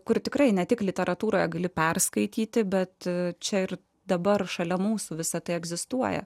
kur tikrai ne tik literatūroje gali perskaityti bet čia ir dabar šalia mūsų visa tai egzistuoja